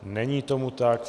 Není tomu tak.